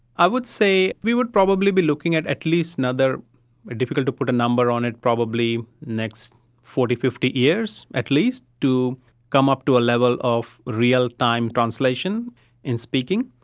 i would say we would probably be looking at at least another, it's difficult to put a number on it, probably next forty, fifty years at least to come up to a level of real-time translation in speaking.